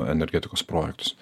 energetikos projektus